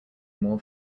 more